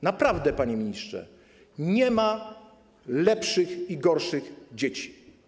Naprawdę, panie ministrze, nie ma lepszych i gorszych dzieci.